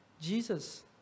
Jesus